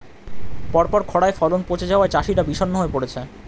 পরপর খড়ায় ফলন পচে যাওয়ায় চাষিরা বিষণ্ণ হয়ে পরেছে